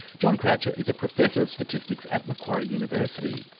john croucher is a professor of statistics at macquarie university.